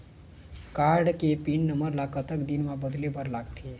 Card के pin number ला कतक दिन म बदले बर लगथे?